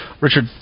Richard